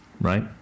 right